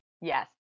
Yes